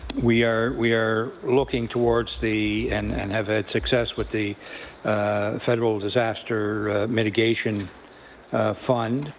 we are we are looking towards the, and and have had success with the federal disaster mitigation fund.